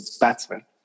batsman